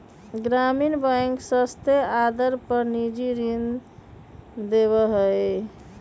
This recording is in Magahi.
ग्रामीण बैंक सस्ते आदर पर निजी ऋण देवा हई